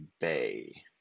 Bay